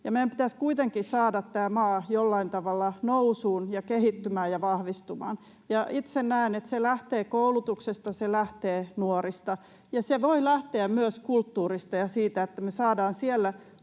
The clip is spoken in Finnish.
Meidän pitäisi kuitenkin saada tämä maa jollain tavalla nousuun ja kehittymään ja vahvistumaan. Itse näen, että se lähtee koulutuksesta, se lähtee nuorista, ja se voi lähteä myös kulttuurista ja siitä, että me saadaan sieltä